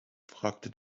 fragte